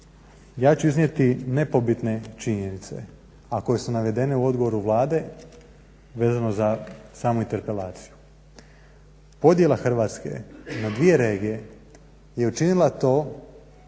ja ću iznijeti nepobitne činjenice a koje su navedene u odgovoru Vlade vezano za samu interpelaciju. Podjela Hrvatske na dvije regije je učinila to